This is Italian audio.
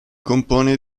compone